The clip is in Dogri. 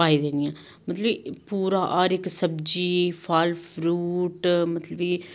पाई देनियां मतलब कि पूरा हर इक सब्जी फल फ्रूट मतलब कि